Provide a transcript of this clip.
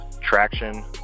traction